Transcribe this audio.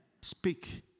Speak